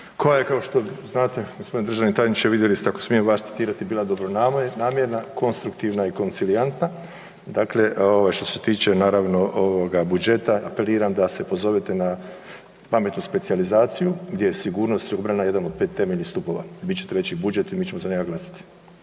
koja je kao što znate, g. državni tajniče, vidjeli ste ako smijem vas citirati bila dobronamjerna, konstruktivna i koncilijantna, dakle što se tiče naravno ovoga budžeta, apeliram da se na pametnu specijalizaciju gdje je sigurnost i obrana od 5 temeljenih stupova, dobit ćete veći budžet i mi ćemo za njega glasati.